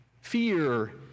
Fear